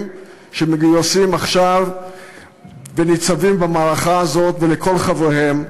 שמגויסים עכשיו וניצבים במערכה הזאת ולכל חבריהם,